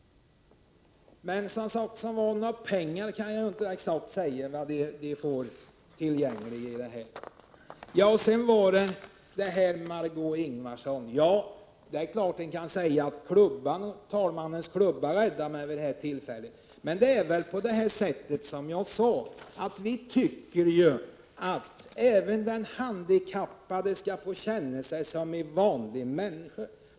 Jag vet som sagt inte exakt hur mycket pengar som kan bli tillgängliga i detta sammanhang. Det är klart att man kan säga att talmannens klubba räddade mig i mitt förra inlägg, Margö Ingvardsson. Men vi tycker, som jag sade, att även den handikappade skall få möjlighet att känna sig som en vanlig människa.